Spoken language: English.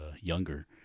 younger